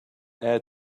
add